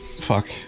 Fuck